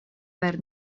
per